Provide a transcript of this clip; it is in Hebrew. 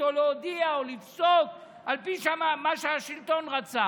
או להודיע או לפסוק על פי מה שהשלטון רצה.